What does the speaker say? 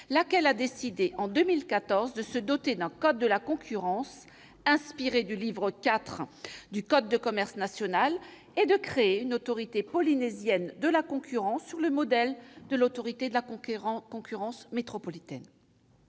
laquelle a décidé en 2014 de se doter d'un code de la concurrence, inspiré du livre IV du code de commerce national, et de créer une autorité polynésienne de la concurrence, sur le modèle de l'Autorité de la concurrence métropolitaine.